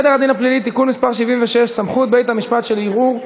הצעת חוק סדר הדין הפלילי (תיקון מס' 76) (סמכות בית-המשפט שלערעור),